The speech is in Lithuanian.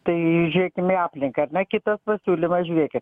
tai žiūrėkim į aplinką na kitas pasiūlymas žiūrėkit